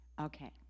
okay